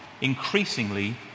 increasingly